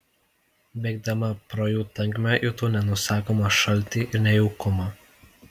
bėgdama pro jų tankmę jutau nenusakomą šaltį ir nejaukumą